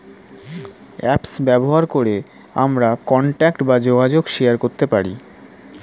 apps ব্যবহার করে আমরা কন্টাক্ট বা যোগাযোগ শেয়ার করতে পারি